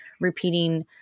repeating